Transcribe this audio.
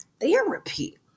therapy